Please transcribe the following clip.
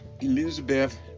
Elizabeth